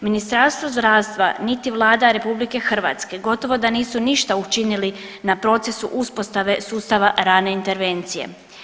Ministarstvo zdravstva niti Vlada RH gotovo da nisu ništa učinili na procesu uspostave sustava rane intervencije.